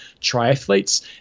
triathletes